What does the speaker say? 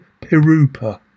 Pirupa